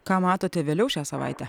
ką matote vėliau šią savaitę